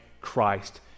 Christ